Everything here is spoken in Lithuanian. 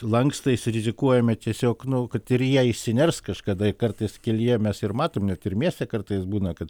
lankstais rizikuojame tiesiog nu kad ir jie išsiners kažkada ir kartais kelyje mes ir matom net ir mieste kartais būna kad